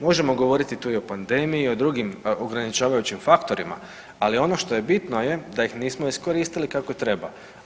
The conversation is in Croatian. Možemo govoriti tu i o pandemiji i o drugim ograničavajućim faktorima, ali ono što je bitno je da ih nismo iskoristili kako treba.